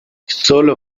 solo